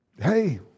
Hey